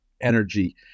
energy